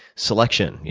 selection,